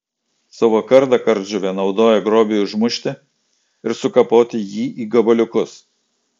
savo kardą kardžuvė naudoja grobiui užmušti ir sukapoti jį į gabaliukus